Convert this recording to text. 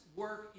work